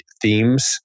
themes